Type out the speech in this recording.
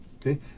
Okay